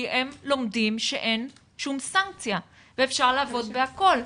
כי הם לומדים שאין שום סנקציה ואפשר לעבוד בכול.